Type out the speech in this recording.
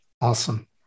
Awesome